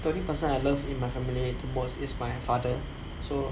the only person I love in my family the most is my father so